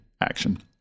action